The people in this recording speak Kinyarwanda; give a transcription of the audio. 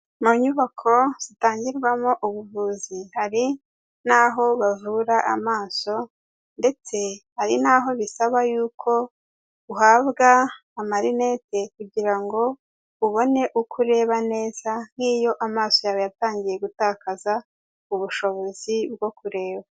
Mu nyubako zitangirwamo ubuvuzi, hari n'aho bavura amaso, ndetse hari n'aho bisaba yuko uhabwa amarinete, kugira ngo ubone uko ureba neza, nk'iyo amaso yawe yatangiye gutakaza ubushobozi bwo kureba.